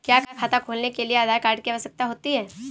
क्या खाता खोलने के लिए आधार कार्ड की आवश्यकता होती है?